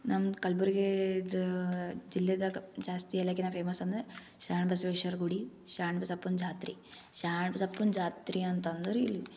ನಮ್ದು ಕಲ್ಬುರ್ಗಿ ಇದು ಜಿಲ್ಲೆದಾಗ ಜಾಸ್ತಿ ಎಲ್ಲಾಕಿನ ಫೇಮಸ್ ಅಂದರೆ ಶರಣ ಬಸವೇಶ್ವರ ಗುಡಿ ಶರಣ ಬಸಪ್ಪನ ಜಾತ್ರೆ ಶರಣ್ ಬಸಪ್ಪನ ಜಾತ್ರೆ ಅಂತಂದ್ರೆ ಇಲ್ಲಿ